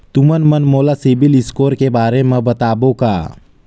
तुमन मन मोला सीबिल स्कोर के बारे म बताबो का?